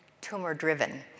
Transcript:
tumor-driven